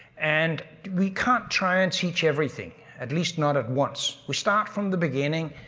and we can't try and teach everything, at least not at once. we start from the beginning.